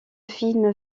film